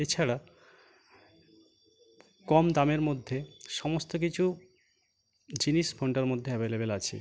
এছাড়া কম দামের মধ্যে সমস্ত কিছু জিনিস ফোনটার মধ্যে অ্যাভেলেবেল আছে